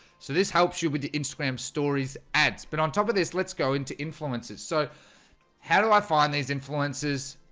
so this helps you with the instagrams stories ads, but on top of this, let's go into influences so how do i find these influences?